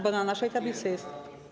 Bo na naszej tablicy jest.